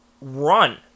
run